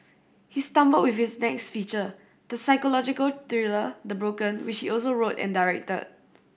he stumbled with his next feature the psychological thriller The Broken which he also wrote and directed